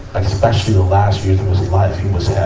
especially the last year that